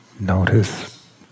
notice